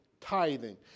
tithing